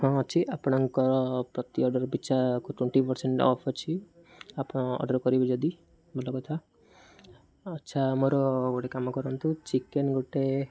ହଁ ଅଛି ଆପଣଙ୍କର ପ୍ରତି ଅର୍ଡ଼ର୍ ପିଛାକୁ ଟ୍ୱେଣ୍ଟି ପରସେଣ୍ଟ ଅଫ୍ ଅଛି ଆପଣ ଅର୍ଡ଼ର୍ କରିବେ ଯଦି ଭଲ କଥା ଆଚ୍ଛା ମୋର ଗୋଟେ କାମ କରନ୍ତୁ ଚିକେନ ଗୋଟେ